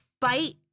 Fight